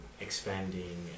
expanding